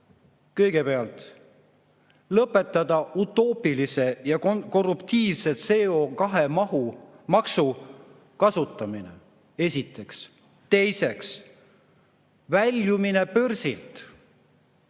Kõigepealt lõpetada utoopilise ja korruptiivse CO2‑maksu kasutamine, seda esiteks. Teiseks, väljumine börsilt